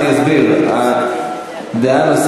חברי חברי